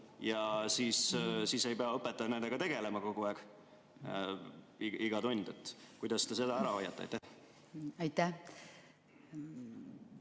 siis ei pea õpetaja nendega tegelema kogu aeg, iga tund. Kuidas te seda ära hoiate? Aitäh!